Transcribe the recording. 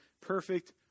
perfect